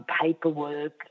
paperwork